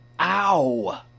Ow